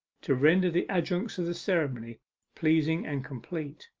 to render the adjuncts of the ceremony pleasing and complete.